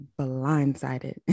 blindsided